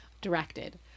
directed